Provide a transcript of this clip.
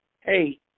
hey